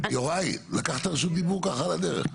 יוראי, לקחת רשות דיבור ככה על הדרך.